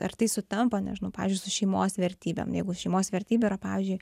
ar tai sutampa nežinau pavyzdžiui su šeimos vertybėm jeigu šeimos vertybė yra pavyzdžiui